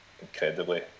incredibly